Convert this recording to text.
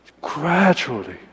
Gradually